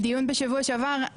בדיון בשבוע שעבר,